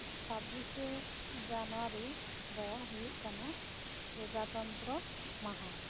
ᱪᱷᱟᱵᱤᱥᱮ ᱡᱟᱱᱣᱟᱨᱤ ᱫᱚ ᱦᱩᱭᱩᱜ ᱠᱟᱱᱟ ᱯᱚᱡᱟᱛᱚᱱᱛᱨᱚ ᱢᱟᱦᱟ